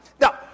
Now